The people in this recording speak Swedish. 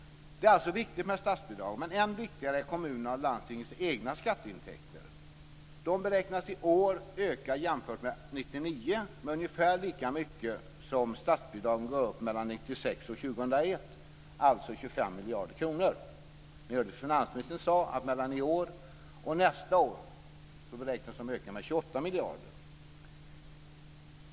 Det är alltså viktigt med statsbidrag, men än viktigare är kommunernas och landstingens egna skatteintäkter. De beräknas i år öka jämfört med 1999 med ungefär lika mycket som statsbidragen går upp med mellan 1996 och 2001, alltså 25 miljarder kronor. Ni hörde att finansministern sade att de beräknas öka med 28 miljarder mellan i år och nästa år.